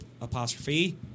apostrophe